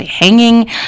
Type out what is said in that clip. hanging